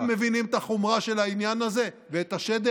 אתם מבינים את החומרה של העניין הזה ואת השדר?